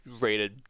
rated